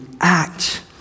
act